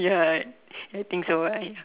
ya I think so why